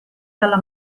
dalla